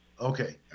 Okay